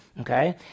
okay